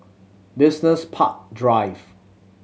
Business Park Drive